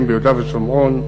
ביהודה ושומרון,